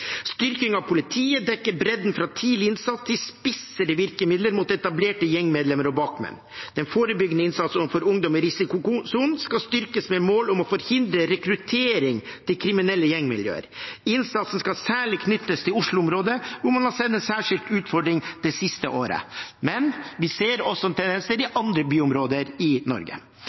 av politiet dekker bredden fra tidlig innsats til spissere virkemidler mot etablerte gjengmedlemmer og bakmenn. Den forebyggende innsatsen overfor ungdom i risikosonen skal styrkes, med mål om å forhindre rekruttering til kriminelle gjengmiljøer. Innsatsen skal særlig knyttes til Oslo-området, hvor man har sett en særskilt utfordring det siste året. Men vi ser også tendenser i andre byområder i Norge.